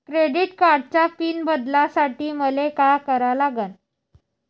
Credit कार्डाचा PIN बदलासाठी मले का करा लागन?